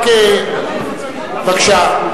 בבקשה.